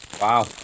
wow